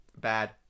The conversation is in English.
bad